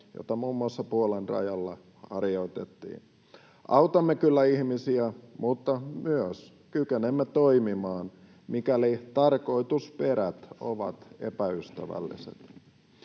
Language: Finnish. jota muun muassa Puolan rajalla harjoitettiin. Autamme kyllä ihmisiä, mutta myös kykenemme toimimaan, mikäli tarkoitusperät ovat epäystävälliset.